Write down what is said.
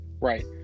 right